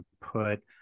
put